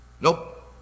Nope